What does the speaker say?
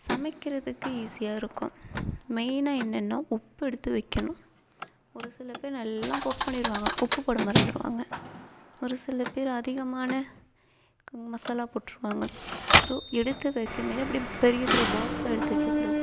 சமைக்கிறதுக்கு ஈஸியாக இருக்கும் மெயினாக என்னென்னா உப்பு எடுத்து வைக்கணும் ஒரு சில பேர் நல்லா குக் பண்ணிடுவாங்க உப்பு போட மறந்திருவாங்க ஒரு சில பேர் அதிகமான மசாலா போட்டிருவாங்க ஸோ எடுத்து வைக்கும் போது அப்படியே பெரிய பெரிய பாக்ஸாக எடுத்து வைக்கக்கூடாது